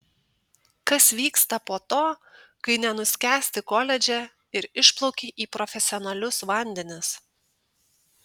kas vyksta po to kai nenuskęsti koledže ir išplauki į profesionalius vandenis